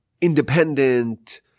independent